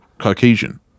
caucasian